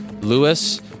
Lewis